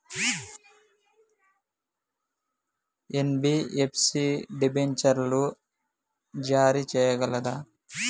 NBFC డిబెంచర్లు జారీ చేయగలదా?